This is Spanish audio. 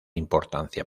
importancia